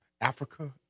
Africa